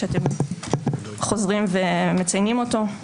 שאתם חוזרים ומציינים אותו.